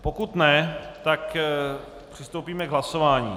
Pokud ne, tak přistoupíme k hlasování.